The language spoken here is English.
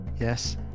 Yes